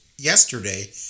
Yesterday